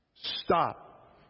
stop